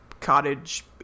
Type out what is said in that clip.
cottage